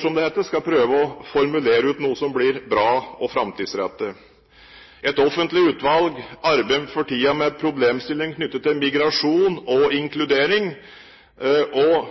som det heter, skal prøve å formulere ut noe som blir bra og framtidsrettet. Et offentlig utvalg arbeider for tiden med problemstillinger knyttet til migrasjon og inkludering, og